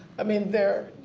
i mean there.